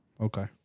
Okay